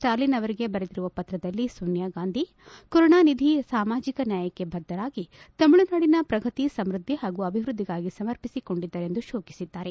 ಸ್ವಾಲಿನ್ ಅವರಿಗೆ ಬರೆದಿರುವ ಪತ್ರದಲ್ಲಿ ಸೋನಿಯಾ ಗಾಂಧಿ ಕರುಣಾನಿಧಿ ಸಾಮಾಜಿಕ ನ್ನಾಯಕ್ಕೆ ಬದ್ಗರಾಗಿ ತಮಿಳುನಾಡಿನ ಪ್ರಗತಿ ಸಮ್ನದ್ಲಿ ಹಾಗೂ ಅಭಿವ್ವದ್ಲಿಗಾಗಿ ಸಮರ್ಪಿಸಿಕೊಂಡಿದ್ದರೆಂದು ಶೋಕಿಸಿದ್ದಾರೆ